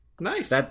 Nice